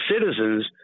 citizens